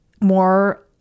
more